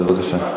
בבקשה.